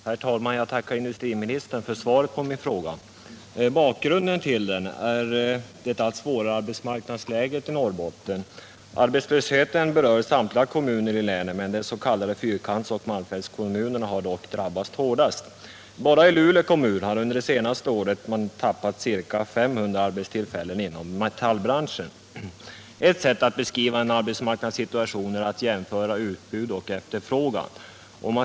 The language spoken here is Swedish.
Herr talman! Jag tackar industriministern för svaret på min fråga. Bakgrunden till den är det allt svårare arbetsmarknadsläget i Norrbotten. Arbetslösheten berör samtliga kommuner i länet, des.k. fyrkantsoch malmfältskommunerna har dock drabbats hårdast. Bara Luleå kommun har under det senaste året tappat ca 500 arbetstillfällen inom metallbranschen. Ett sätt att beskriva arbetsmarknadssituationen är att jämföra utbud och efterfrågan.